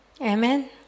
Amen